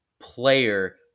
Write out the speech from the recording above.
player